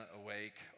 awake